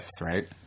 right